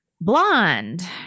Blonde